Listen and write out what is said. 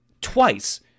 twice